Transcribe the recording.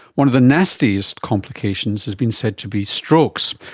one of the nastiest complications has been said to be strokes,